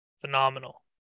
phenomenal